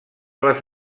les